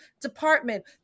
department